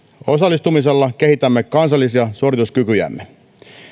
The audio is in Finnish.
osallistumisella kehitämme kansallisia suorituskykyjämme